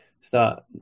Start